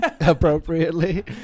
appropriately